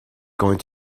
going